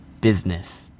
business